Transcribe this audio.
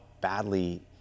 badly